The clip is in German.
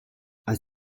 als